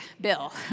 bill